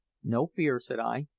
no fear, said i.